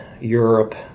Europe